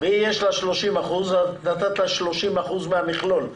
ויש לה 30%, אז את נתת לה 30% מהמכלול.